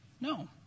No